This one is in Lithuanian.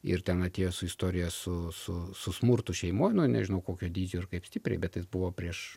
ir ten atėjo su istorija su su su smurtu šeimoje nu nežinau kokio dydžio ir kaip stipriai bet jis buvo prieš